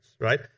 right